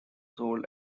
sold